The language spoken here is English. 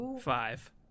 Five